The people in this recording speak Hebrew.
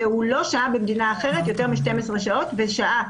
שהוא לא שהה במדינה אחרת יותר מ-12 שעות ושהה